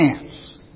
chance